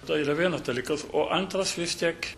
tai yra vienas dalykas o antras vis tiek